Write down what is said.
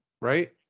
Right